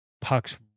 pucks